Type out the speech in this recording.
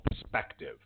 perspective